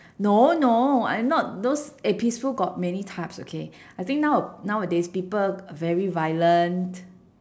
no no I not those eh peaceful got many types okay I think now nowadays people very violent